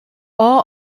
all